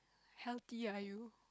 healthy are you